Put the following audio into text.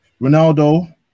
Ronaldo